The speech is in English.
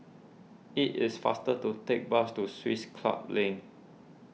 it is faster to take bus to Swiss Club Link